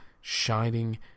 shining